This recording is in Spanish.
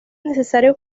necesario